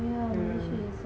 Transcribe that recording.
yeah